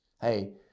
Hey